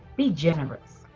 be generous.